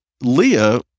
Leah